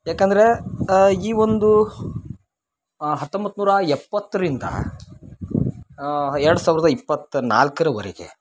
ಯಾಕಂದ್ರೆ ಈ ಒಂದು ಹತ್ತೊಂಬತ್ತು ನೂರ ಎಪ್ಪತ್ತರಿಂದ ಎರಡು ಸಾವಿರದ ಇಪ್ಪತ್ತು ನಾಲ್ಕರವರೆಗೆ